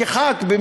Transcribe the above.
כחבר כנסת,